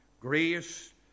grace